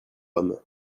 homme